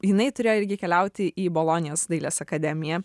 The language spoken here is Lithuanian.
jinai turėjo irgi keliauti į bolonijos dailės akademiją